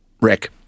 Rick